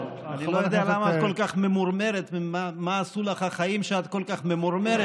אני לא יודע למה את כל כך ממורמרת ומה עשו לך החיים שאת כל כך ממורמרת,